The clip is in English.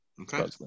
Okay